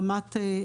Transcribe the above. רמת,